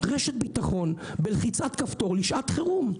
רשת ביטחון בלחיצת כפתור לשעת חירום,